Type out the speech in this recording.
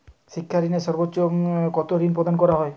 শিক্ষা ঋণে সর্বোচ্চ কতো ঋণ প্রদান করা হয়?